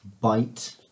bite